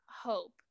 hope